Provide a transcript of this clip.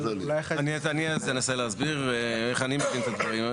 אבל אולי אחרי --- אני אנסה להסביר איך אני מבין את הדברים.